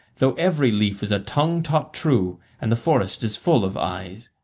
though every leaf is a tongue taught true and the forest is full of eyes.